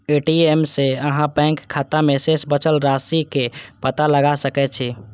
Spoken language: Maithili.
ए.टी.एम सं अहां बैंक खाता मे शेष बचल राशिक पता लगा सकै छी